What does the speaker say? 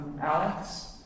Alex